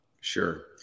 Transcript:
Sure